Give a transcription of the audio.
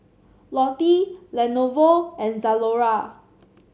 Lotte Lenovo and Zalora